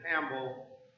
Campbell